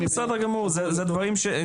היום אנחנו בפינצטה צריכים לחפש את המדענים